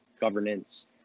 governance